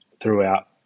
throughout